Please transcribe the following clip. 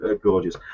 gorgeous